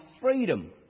freedom